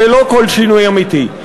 אבל ללא כל שינוי אמיתי.